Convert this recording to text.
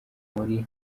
muri